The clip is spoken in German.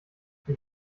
sie